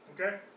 Okay